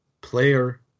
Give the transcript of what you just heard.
player